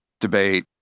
debate